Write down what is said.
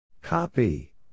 Copy